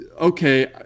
okay